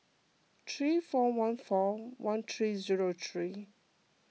three four one four one three zero three